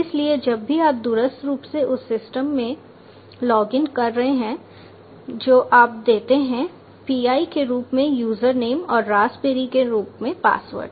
इसलिए जब भी आप दूरस्थ रूप से उस सिस्टम में लॉग इन कर रहे हैं जो आप देते हैं pi के रूप में यूजर नेम और रास्पबेरी के रूप में पासवर्ड